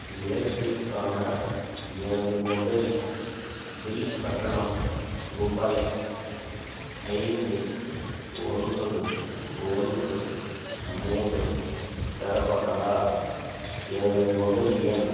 ஏர்செல்க்கான எனது mobile bill கட்டணம் ரூபாய் ஐந்து ஒன்பது ஒன்று மூன்று பெறப்பட்டதா எனது மொபைல் எண்